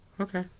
Okay